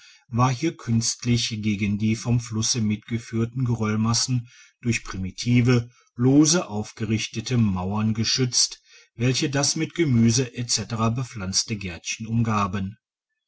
war hier künstlich gegen die vom flusse mitgeführten geröllmassen durch primitive lose aufgerichtete mauern geschützt welche das mit gemüse etc bepflanzte gärtchen umgaben